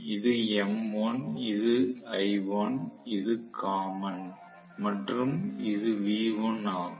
இது m1 இது I1 இது காமன் மற்றும் இது V1 ஆகும்